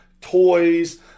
toys